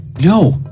No